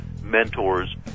mentors